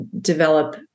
develop